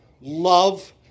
love